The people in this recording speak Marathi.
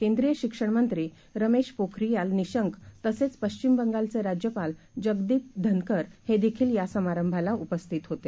केंद्रीयशिक्षणमंत्रीरमेशपोखरियालनिशंकतसंचपश्चिमबंगालचेराज्यपालजगदीपधनकरहे देखीलयासमारंभालाउपस्थितहोते